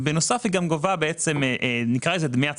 ובנוסף היא גובה גם דמי הצלחה.